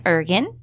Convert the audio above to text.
Ergen